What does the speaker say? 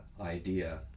idea